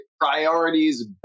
Priorities